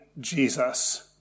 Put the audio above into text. Jesus